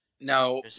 Now